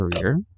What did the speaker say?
career